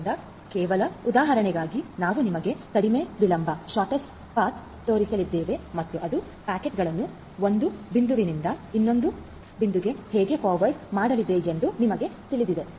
ಆದ್ದರಿಂದ ಕೇವಲ ಉದಾಹರಣೆಗಾಗಿ ನಾವು ನಿಮಗೆ ಶೊರ್ಟ್ಸ್ಟ್ ಪಥ ತೋರಿಸಲಿದ್ದೇವೆ ಮತ್ತು ಅದು ಪ್ಯಾಕೆಟ್ಗಳನ್ನು 1 ಬಿಂದುವಿನಿಂದ ಇನ್ನೊಂದಕ್ಕೆ ಹೇಗೆ ಫಾರ್ವರ್ಡ್ ಮಾಡಲಿದೆ ಎಂದು ನಿಮಗೆ ತಿಳಿದಿದೆ